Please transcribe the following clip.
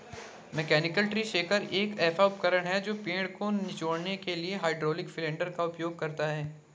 mechanical tree shaker एक ऐसा उपकरण है जो एक पेड़ को निचोड़ने के लिए हाइड्रोलिक सिलेंडर का उपयोग करता है